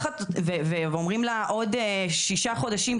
ואומרים לה לחכות שישה חודשים,